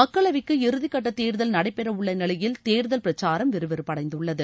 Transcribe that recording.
மக்களவைக்கு இறுதிக்கட்ட தேர்தல் நடைபெறவுள்ள நிலையில் தேர்தல் பிரச்சாரம் விறுவிறுப்படைந்துள்ளது